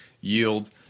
yield